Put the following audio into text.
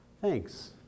thanks